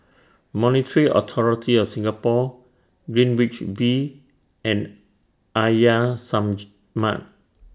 Monetary Authority of Singapore Greenwich V and Arya